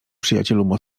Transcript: przyjacielu